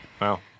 Wow